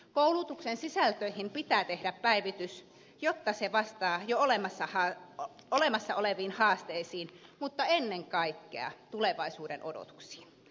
koulutuksen sisältöihin pitää tehdä päivitys jotta se vastaa jo olemassa oleviin haasteisiin mutta ennen kaikkea tulevaisuuden odotuksiin